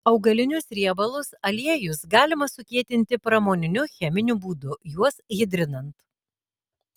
augalinius riebalus aliejus galima sukietinti pramoniniu cheminiu būdu juos hidrinant